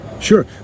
Sure